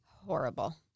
Horrible